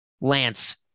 Lance